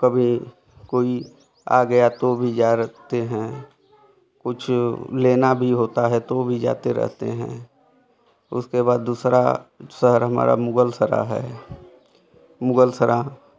कभी कोई आ गया तो भी जा सकते हैं कुछ लेना भी होता है तो भी जाते रहते हैं उसके बाद दूसरा शहर हमारा मुगलसराय है मुगलसराय